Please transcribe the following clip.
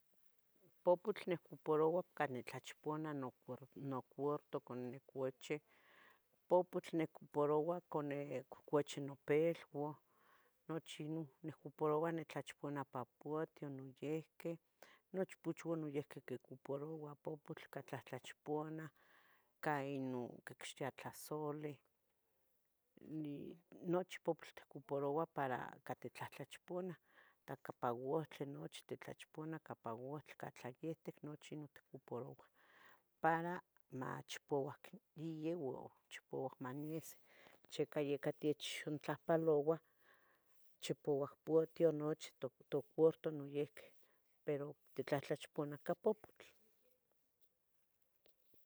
Pupotl nicuparoua ca nitlachipuana nocuar nocuarto cani nicochih, pupotl nicuparoua canih cochih nopilua, nochi no, nicuparoua nitlachipuana pa patio noyihqui, nochpochua noyihqui cocuparoua pupotl, ca tlachipuanah ca ino quixtiah tlahsoli, ni nochi pupotl tocuparouah para ca titlahtlachipuanah, ta capa guhtli nochi tlachipuana capa guhtli ca tlayihtic nochi non tocuparouah, para machipauac iye u chipauac manise, chica yeca techontlahpalouah, chipauac patio nochi to tocuarto noyihqui, pero titlahtlachipanah ca pupotl.